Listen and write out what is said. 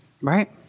Right